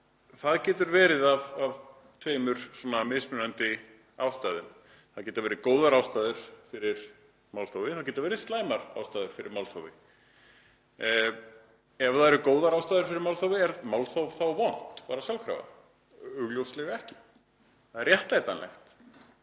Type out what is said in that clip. Það getur verið af tveimur mismunandi ástæðum. Það geta verið góðar ástæður fyrir málþófi og það geta verið slæmar ástæður fyrir málþófi. Ef það eru góðar ástæður fyrir málþófi, er málþóf þá vont bara sjálfkrafa? Augljóslega ekki. Það er væntanlega